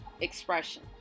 expression